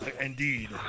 Indeed